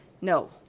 no